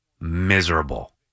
miserable